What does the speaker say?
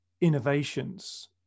innovations